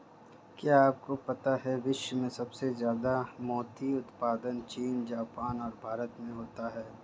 क्या आपको पता है विश्व में सबसे ज्यादा मोती उत्पादन चीन, जापान और भारत में होता है?